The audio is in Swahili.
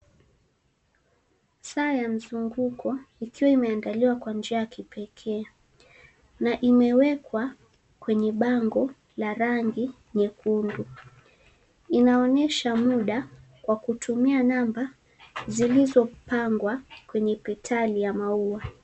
Saa ya mzunguko ikiwa imeandaliwa kwa njia ya kipekee na imewekwa kwenye bango la rangi nyekundu inaonesha muda wa kutumia namba zilizopangwa kwenye petali ya maua.